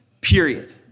period